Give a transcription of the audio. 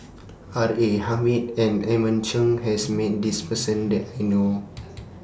R A Hamid and Edmund Cheng has Met This Person that I know of